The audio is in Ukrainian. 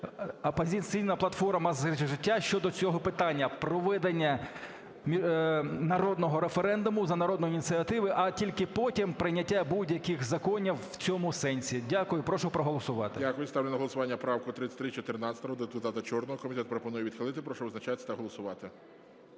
"Опозиційна платформа – За життя" щодо цього питання: проведення народного референдуму за народної ініціативи, а тільки потім прийняття будь-яких законів в цьому сенсі. Дякую. Прошу проголосувати. ГОЛОВУЮЧИЙ. Дякую. Ставлю на голосування правку 3314 народного депутата Чорного. Комітет пропонує відхилити. Прошу визначатися та голосувати.